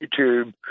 YouTube